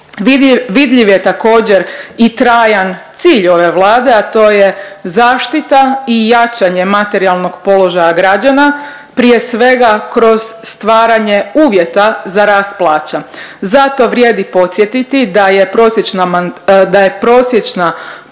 Vidljiv je također, i trajan cilj ove Vlade, a to je zaštita i jačanje materijalnog položaja građana, prije svega kroz stvaranje uvjeta za rast plaća. Zato vrijedi podsjetiti da je prosječna man…